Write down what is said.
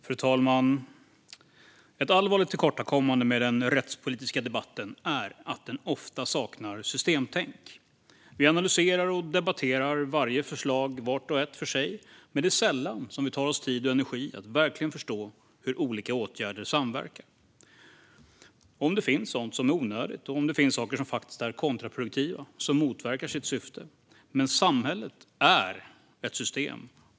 Fru talman! Ett allvarligt tillkortakommande med den rättspolitiska debatten är att den ofta saknar systemtänk. Vi analyserar och debatterar varje förslag vart och ett för sig, men det är sällan vi tar oss tid och energi att verkligen förstå hur olika åtgärder samverkar - om det finns sådant som är onödigt och om det finns saker som faktiskt är kontraproduktiva och motverkar sitt syfte. Men samhället är ett system.